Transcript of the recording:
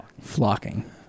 Flocking